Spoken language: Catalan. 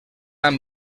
amb